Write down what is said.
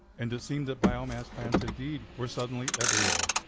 and it seemed that biomass plants, indeed, were suddenly everywhere,